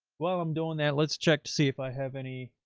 well, i'm doing that. let's check to see if i have any,